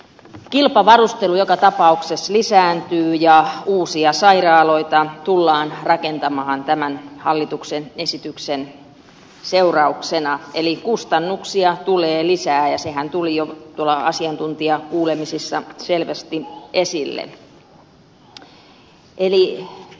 kilpavarustelu joka tapauksessa lisääntyy ja uusia sairaaloita tullaan rakentamaan tämän hallituksen esityksen seurauksena eli kustannuksia tulee lisää ja sehän tuli jo asiantuntijakuulemisissa selvästi esille